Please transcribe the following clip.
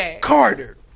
Carter